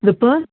the per